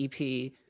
EP